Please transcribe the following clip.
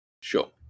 sure